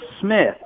Smith